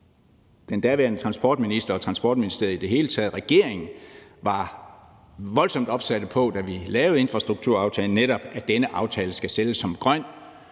den daværende transportminister og Transportministeriet og i det hele taget regeringen var voldsomt opsatte på, da vi lavede infrastrukturaftalen, netop at denne aftale skal sælges som grøn.